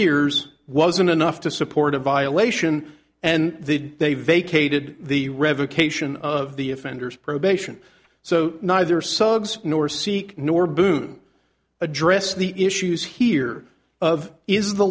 ears wasn't enough to support a violation and the day vacated the revocation of the offenders probation so neither suggs nor seek norbu to address the issues here of is the